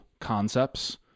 concepts